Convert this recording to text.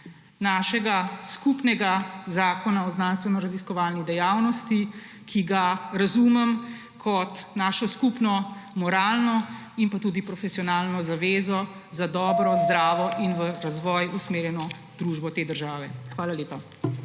našega skupnega zakona o znanstvenoraziskovalni dejavnosti, ki ga razumem kot našo skupno moralno in tudi profesionalno zavezo za dobro, zdravo in v razvoj usmerjeno družbo te države. Hvala lepa.